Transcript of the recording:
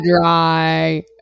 dry